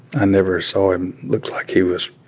i never saw him look like he was